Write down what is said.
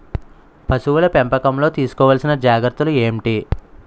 పశువుల పెంపకంలో తీసుకోవల్సిన జాగ్రత్తలు ఏంటి?